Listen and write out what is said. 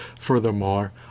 Furthermore